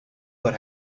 put